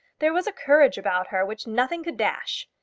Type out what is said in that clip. there was a courage about her which nothing could dash.